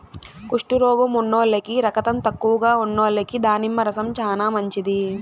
కుష్టు రోగం ఉన్నోల్లకి, రకతం తక్కువగా ఉన్నోల్లకి దానిమ్మ రసం చానా మంచిది